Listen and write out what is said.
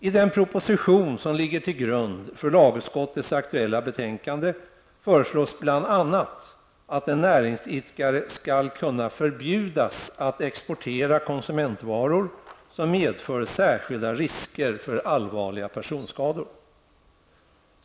I den proposition som ligger till grund för lagutskottets aktuella betänkande föreslås bl.a. att en näringsidkare skall kunna förbjudas att exportera konsumentvaror som medför särskilda risker för allvarliga personskador.